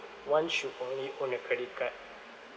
one should only own a credit card